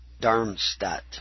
Darmstadt